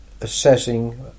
assessing